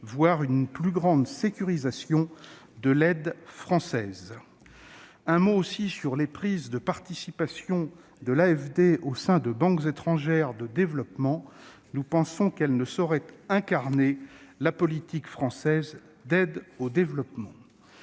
voire une plus grande sécurisation de l'aide française, me semble-t-il. Les prises de participations de l'AFD au sein de banques étrangères de développement ne sauraient incarner la politique française d'aide au développement.